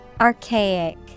Archaic